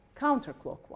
counterclockwise